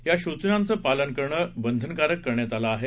या सूचनांचं पालन करणं बंधनकारक करण्यात आलं आहे